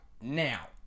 Now